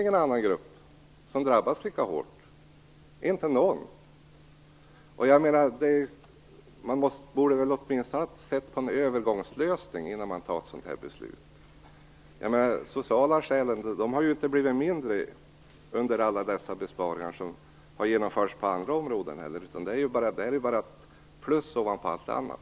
Ingen annan grupp drabbas lika hårt - inte någon. Man borde åtminstone ha sett efter om det kunde finnas en övergångslösning innan man fattar ett sådant här beslut. De sociala skälen har ju inte blivit mindre av alla de besparingar som har genomförts på alla andra områden. Detta är ju bara någonting som kommer till ovanpå allting annat.